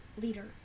Leader